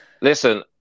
Listen